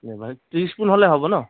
ত্ৰিছ পোণ হ'লে হ'ব ন